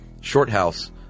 Shorthouse